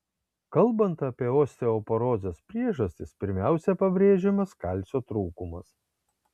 kalbant apie osteoporozės priežastis pirmiausia pabrėžiamas kalcio trūkumas